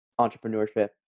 entrepreneurship